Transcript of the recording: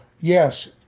yes